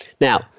Now